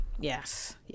Yes